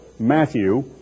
Matthew